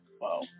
Wow